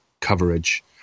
coverage